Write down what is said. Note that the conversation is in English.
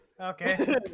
Okay